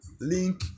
Link